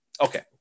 okay